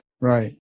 Right